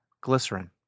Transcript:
Glycerin